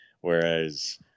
whereas